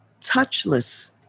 touchless